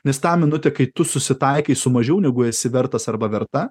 nes tą minutę kai tu susitaikai su mažiau negu esi vertas arba verta